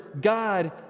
God